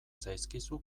zaizkizu